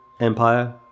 Empire